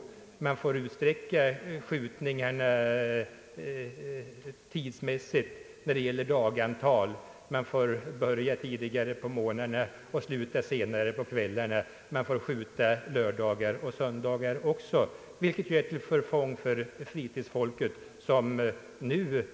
Skjutningarna får utsträckas tidsmässigt, dvs. man får öka dagantalet, börja tidigare om morgnarna och sluta senare på kvällarna, och man får skjuta lördagar och söndagar också, vilket är till förfång för fritidsfolket, som nu